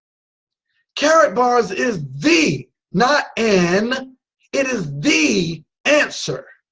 karatbars is the not an it is the answer